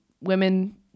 women